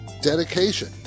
dedication